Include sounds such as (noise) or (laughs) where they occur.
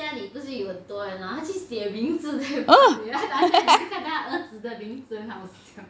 (laughs)